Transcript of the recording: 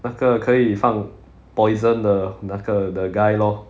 那个可以放 poison 的那个 the guy lor